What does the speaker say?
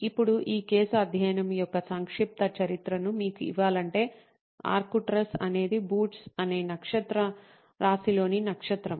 ఇప్పుడు ఈ కేసు అధ్యయనం యొక్క సంక్షిప్త చరిత్రను మీకు ఇవ్వాలంటే ఆర్క్టురస్ అనేది బూట్స్ అనే నక్షత్రరాశిలోని నక్షత్రం